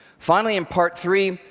finally, in part three,